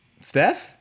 Steph